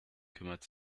kümmert